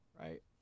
right